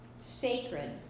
sacred